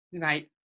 Right